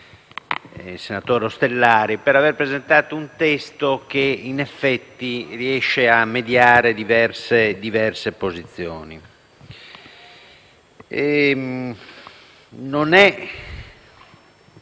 senatore Ostellari, per aver presentato un testo che, in effetti, riesce a mediare diverse posizioni.